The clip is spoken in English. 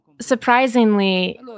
surprisingly